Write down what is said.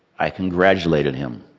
i congratulated him.